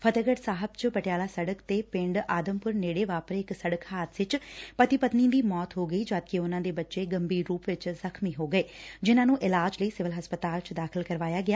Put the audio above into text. ਫਤਹਿਗੜ੍ ਸਾਹਿਬ ਚ ਪਟਿਆਲਾ ਸੜਕ ਤੇ ਪਿੰਡ ਆਦਮਪੁਰ ਨੇੜੇ ਵਾਪਰੇ ਇਕ ਸੜਕ ਹਾਦਸੇ ਚ ਪਤੀ ਪਤਨੀ ਦੀ ਮੌਤ ਹੋ ਗਈ ਜਦਕਿ ਉਨਾਂ ਦੇ ਬੱਚੇ ਗੰਭੀਰ ਰੁਪ ਚ ਜਖ਼ਮੀ ਹੋ ਗਏ ਜਿਨਾਂ ਨੂੰ ਇਲਾਜ ਲਈ ਸਿਵਲ ਹਸਪਤਾਲ ਚ ਦਾਖ਼ਲ ਕਰਾਇਆ ਗਿਆ